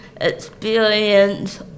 experience